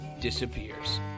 disappears